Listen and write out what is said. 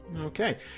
Okay